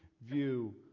view